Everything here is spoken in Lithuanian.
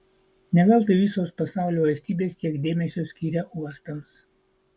ne veltui visos pasaulio valstybės tiek dėmesio skiria uostams